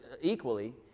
equally